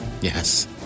Yes